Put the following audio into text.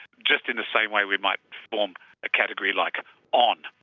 just in the same way we might form a category like on,